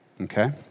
okay